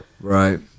Right